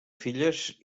filles